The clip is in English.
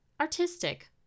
Artistic